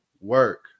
work